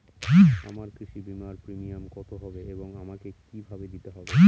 আমার কৃষি বিমার প্রিমিয়াম কত হবে এবং আমাকে কি ভাবে দিতে হবে?